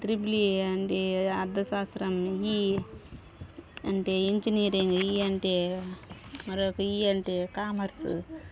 triple E అండి అర్థశాస్త్రం E అంటే ఇంజనీరింగ్ ఈ అంటే మరొక ఈ అంటే కామర్సు